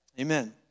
Amen